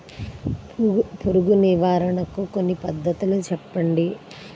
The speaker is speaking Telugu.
పురుగు నివారణకు కొన్ని పద్ధతులు తెలుపండి?